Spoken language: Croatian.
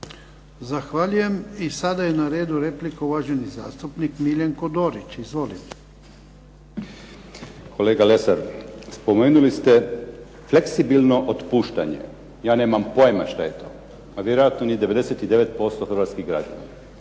Zahvaljujem. I sada je na redu replika, uvaženi zastupnik MIljenko Dorić. Izvolite. **Dorić, Miljenko (HNS)** Kolega Lesar. Spomenuli ste fleksibilno otpuštanje. Ja nemam pojma što je to, a vjerojatno niti 99% hrvatskih građana,